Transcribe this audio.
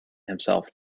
himself